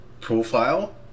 profile